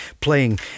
playing